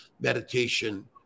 meditation